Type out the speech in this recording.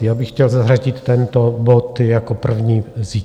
Já bych chtěl zařadit tento bod jako první zítra.